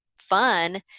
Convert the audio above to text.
fun